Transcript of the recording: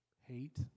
hate